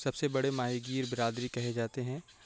سب سے بڑے ماہی گیر برادری کہے جاتے ہیں